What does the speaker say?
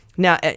Now